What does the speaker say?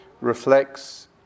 reflects